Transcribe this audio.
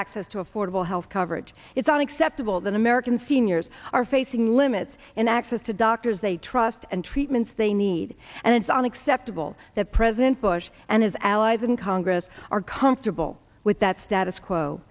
access to affordable health coverage is unacceptable than american seniors are facing limits in access to doctors they trust and treatments they need and it's an acceptable that president bush and his allies in congress are comfortable with that status quo